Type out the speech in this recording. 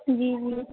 جی جی